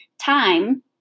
time